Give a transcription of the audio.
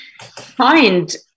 find